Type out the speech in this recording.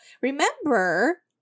remember